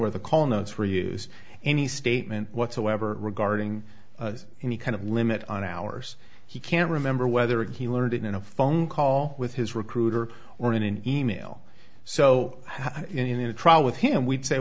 where the call notes were used any statement whatsoever regarding any kind of limit on hours he can't remember whether he learned it in a phone call with his recruiter or in an email so in a trial with him we'd say